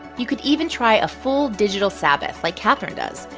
you could even try a full digital sabbath, like catherine does,